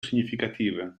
significative